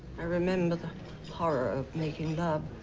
i remember the horror of making love.